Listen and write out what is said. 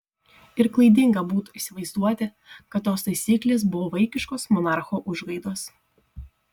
ir klaidinga būtų įsivaizduoti kad tos taisyklės buvo vaikiškos monarcho užgaidos